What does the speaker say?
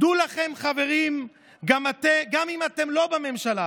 "דעו לכם, חברים, גם אם אתם לא בממשלה,